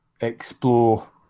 explore